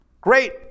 Great